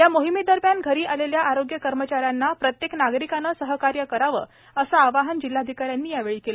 या मोहिमेदरम्यान घरी आलेल्या आरोग्य कर्मचाऱ्यांना प्रत्येक नागरिकाने सहकार्य करावे असे आवाहनही जिल्हाधिकारी यांनी यावेळी केले